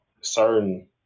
certain